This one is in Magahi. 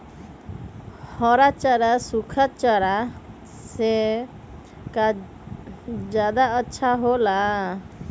हरा चारा सूखा चारा से का ज्यादा अच्छा हो ला?